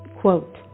quote